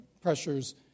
pressures